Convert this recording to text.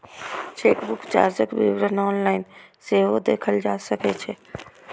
chequebook चार्जक विवरण online सेहो देखल जा सकै छै